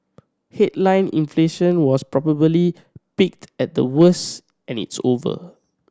headline inflation was probably peaked and the worst and it's over